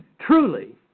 Truly